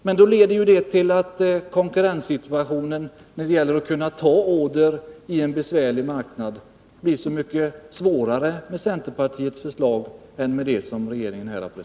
Men detta leder då till att konkurrenssituationen när det gäller att kunna ta order i en besvärlig marknad blir så mycket svårare med centerpartiets förslag än med regeringens.